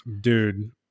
dude